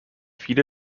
viele